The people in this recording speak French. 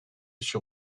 sur